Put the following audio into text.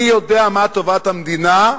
אני יודע מה טובת המדינה,